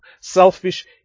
selfish